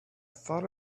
thought